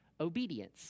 obedience